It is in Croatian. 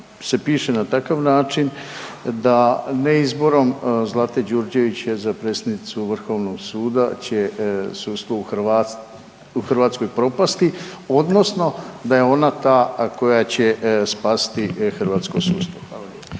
se piše na takav način da neizborom Zlate Đurđević za predsjednicu VSRH će sudstvo u Hrvatskoj propasti, odnosno da je ona ta koja će spasiti hrvatsko sudstvo? Hvala